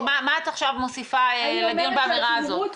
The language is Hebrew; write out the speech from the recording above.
מה את עכשיו מוסיפה לדיון באמירה הזאת?